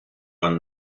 one